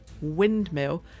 windmill